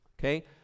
okay